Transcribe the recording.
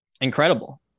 Incredible